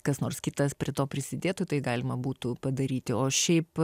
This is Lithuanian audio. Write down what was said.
kas nors kitas prie to prisidėtų tai galima būtų padaryti o šiaip